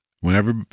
whenever